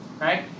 right